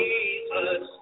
Jesus